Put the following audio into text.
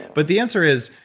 but the answer is,